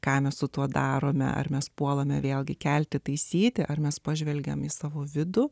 ką mes su tuo darome ar mes puolame vėlgi kelti taisyti ar mes pažvelgėme į savo vidų